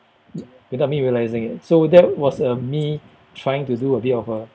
without me realising it so that was uh me trying to do a bit of a